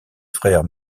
frères